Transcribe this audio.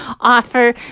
offer